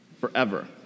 forever